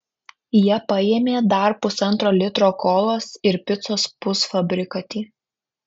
jie paėmė dar pusantro litro kolos ir picos pusfabrikatį